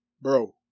Bro